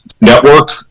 network